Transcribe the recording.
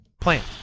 Plant